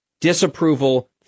Disapproval